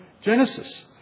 Genesis